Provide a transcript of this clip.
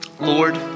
Lord